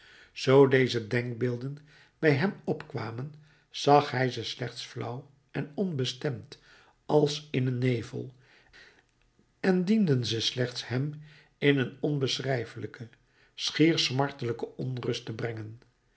zoo deze denkbeelden bij hem opkwamen zag hij ze slechts flauw en onbestemd als in een nevel en dienden ze slechts hem in een onbeschrijfelijke schier smartelijke onrust